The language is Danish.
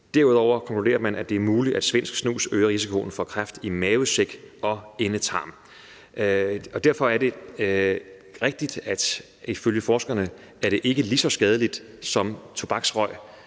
Derudover formulerer man, at det er muligt, at svensk snus øger risikoen for kræft i mavesæk og endetarm. Derfor er det rigtigt, at det ifølge forskerne ikke er lige så skadeligt som tobaksrøg,